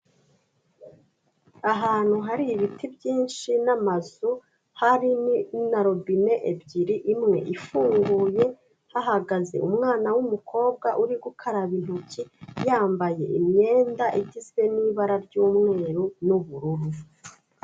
Ahantu hari ibiti byinshi n'amazu, hari na robine ebyiri, imwe ifunguye hahagaze umwana w'umukobwa uri gukaraba intoki, yambaye imyenda igizwe n'ibara ry'umweru n'ubururu.